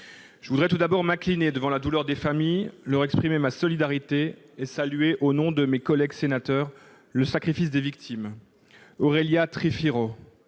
Je veux tout d'abord m'incliner devant la douleur des familles, leur exprimer ma solidarité et saluer, au nom de mes collègues sénateurs, le sacrifice des victimes : Aurélia Trifiro,